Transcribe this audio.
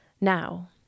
Now